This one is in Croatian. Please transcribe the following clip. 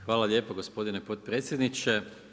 Hvala lijepa gospodine potpredsjedniče.